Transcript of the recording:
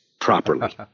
properly